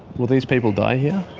will these people die here?